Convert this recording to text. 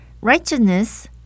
righteousness